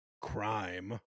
Crime